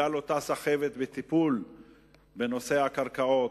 בגלל אותה סחבת בטיפול בנושא הקרקעות,